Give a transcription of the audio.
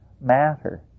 matter